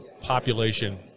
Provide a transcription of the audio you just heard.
population